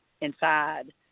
inside